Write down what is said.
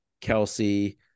kelsey